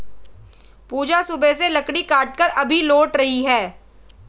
पूजा सुबह से लकड़ी काटकर अभी लौट रही है